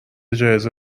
جایزه